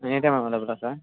నేను అయితే మరల అప్పుడు వస్తాను